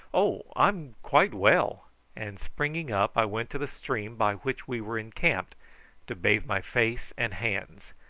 oh, i'm quite well and springing up i went to the stream by which we were encamped to bathe my face and hands,